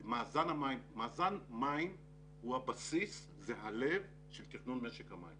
מאזן מים הוא הבסיס, זה הלב של תכנון משק המים